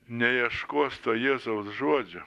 neieškos to jėzaus žodžio